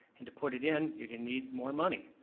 and to put it in, you're gonna need more money.